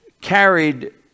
carried